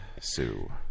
Sue